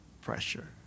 pressure